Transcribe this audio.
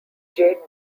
jade